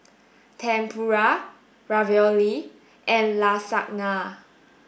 Tempura Ravioli and Lasagna